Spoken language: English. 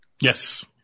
Yes